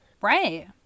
Right